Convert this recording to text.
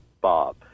bob